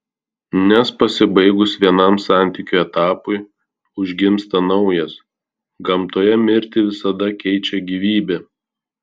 nes pasibaigus vienam santykių etapui užgimsta naujas gamtoje mirtį visada keičia gyvybė